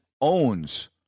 owns